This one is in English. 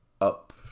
up